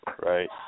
Right